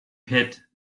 pitt